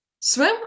swim